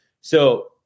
So-